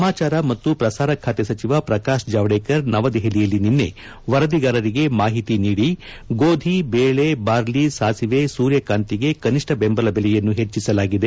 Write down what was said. ಸಮಾಚಾರ ಮತ್ತು ಪ್ರಸಾರ ಖಾತೆ ಸಚಿವ ಪ್ರಕಾಶ್ ಜಾವಡೇಕರ್ ನವದೆಹಲಿಯಲ್ಲಿ ನಿನ್ನೆ ವರದಿಗಾರರಿಗೆ ಮಾಹಿತಿ ನೀಡಿ ಗೋಧಿ ಬೇಳೆ ಬಾರ್ಲಿ ಸಾಸಿವೆ ಮತ್ತು ಸೂರ್ಯಕಾಂತ್ರಿಗೆ ಕನಿಷ್ಠ ಬೆಂಬಲ ಬೆಲೆಯನ್ನು ಹೆಚ್ಚಿಸಲಾಗಿದೆ